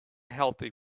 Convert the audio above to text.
healthy